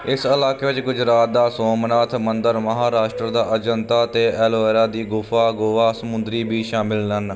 ਇਸ ਇਲਾਕੇ ਵਿੱਚ ਗੁਜਰਾਤ ਦਾ ਸੋਮਨਾਥ ਮੰਦਰ ਮਹਾਰਾਸ਼ਟਰ ਦਾ ਅਜੰਤਾ ਅਤੇ ਐਲੋਵੇਰਾ ਦੀ ਗੁਫਾ ਗੋਆ ਸਮੁੰਦਰੀ ਵੀਚ ਸ਼ਾਮਿਲ ਹਨ